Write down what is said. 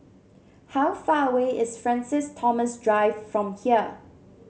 how far away is Francis Thomas Drive from here